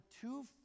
two